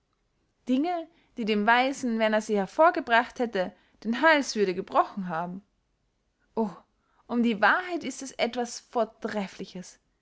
dinge die dem weisen wenn er sie hervorgebracht hätte den hals würden gebrochen haben o um die wahrheit ist es etwas vortrefliches